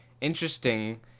interesting